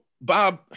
bob